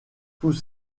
tous